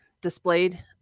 displayed